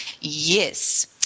Yes